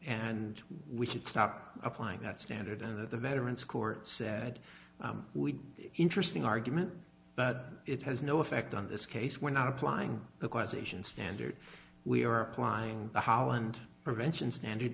and we should stop applying that standard and that the veterans court said we interesting argument but it has no effect on this case we're not applying the causation standard we are applying the holland prevention standard